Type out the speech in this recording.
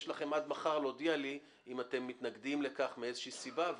יש לכם עד מחר להודיע לי אם אתם מתנגדים לכך מאיזושהי סיבה.